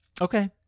Okay